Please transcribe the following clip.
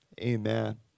Amen